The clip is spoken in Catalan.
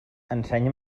ensenya